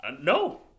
No